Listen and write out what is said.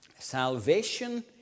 Salvation